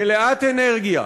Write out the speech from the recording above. מלאת אנרגיה,